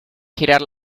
girar